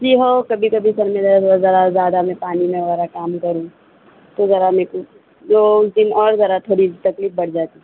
جی ہو کبھی کبھی سر میں درد ذرا زیادہ میں پانی میں وغیرہ کام کروں تو ذرا مے کو دو دن اور ذرا تھوڑی تکلیف بڑھ جاتی